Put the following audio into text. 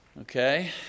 Okay